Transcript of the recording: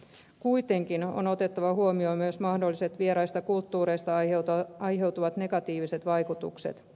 kuitenkin on otettava huomioon myös mahdolliset vieraista kulttuureista aiheutuvat negatiiviset vaikutukset